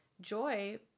joy